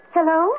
Hello